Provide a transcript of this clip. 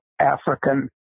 African